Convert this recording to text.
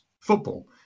football